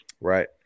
right